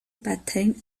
بدترین